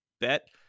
bet